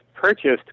purchased